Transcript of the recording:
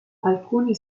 alcuni